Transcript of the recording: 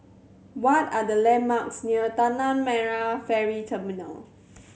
what are the landmarks near Tanah Merah Ferry Terminal